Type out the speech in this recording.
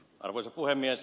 arvoisa puhemies